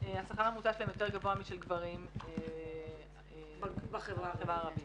הוא יותר גבוה משל גברים בחברה הערבית.